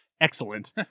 Excellent